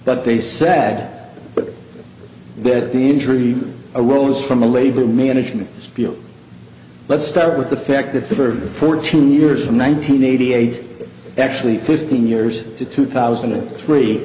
but they sad but bit the injury a rose from a labor management spiel let's start with the fact that for fourteen years from nineteen eighty eight actually fifteen years to two thousand and three